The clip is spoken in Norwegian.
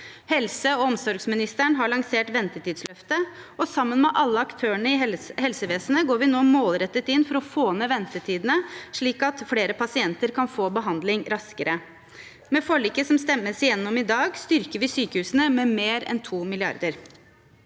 Helse- og omsorgsministeren har lansert ventetidsløftet, og sammen med alle aktørene i helsevesenet går vi nå målrettet inn for å få ned ventetidene, slik at flere pasienter kan få behandling raskere. Med forliket som stemmes gjennom i dag, styrker vi sykehusene med mer enn 2 mrd.